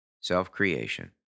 Self-creation